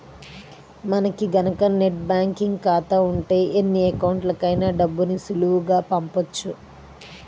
మనకి గనక net banking ఖాతా ఉంటే ఎన్ని అకౌంట్లకైనా డబ్బుని సులువుగా పంపొచ్చు